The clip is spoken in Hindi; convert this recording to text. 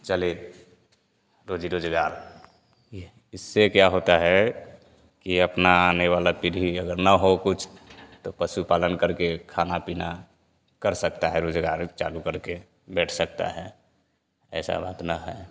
चले रोजी रोजगार ये इससे क्या होता है कि अपना आने वाला विधि अगर न हो कुछ तो पशुपालन करके खाना पीना कर सकता है रोजगार चालू करके बैठ सकता है ऐसा बात न है